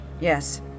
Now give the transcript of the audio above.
Yes